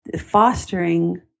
fostering